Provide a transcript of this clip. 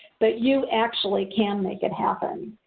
but, you actually can make it happen.